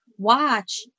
watch